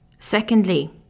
Secondly